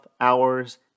hours